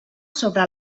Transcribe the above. sobre